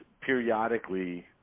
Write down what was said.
periodically